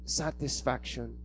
satisfaction